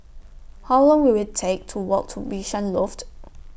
How Long Will IT Take to Walk to Bishan Loft